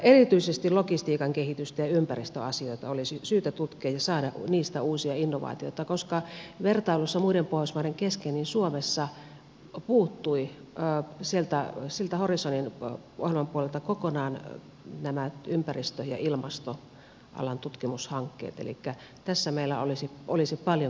erityisesti logistiikan kehitystä ja ympäristöasioita olisi syytä tutkia ja saada niistä uusia innovaatioita koska vertailussa muiden pohjoismaiden kesken suomessa puuttui sen horizonin ohjelman puolelta kokonaan nämä ympäristö ja ilmastoalan tutkimushankkeet elikkä tässä meillä olisi paljonkin parantamista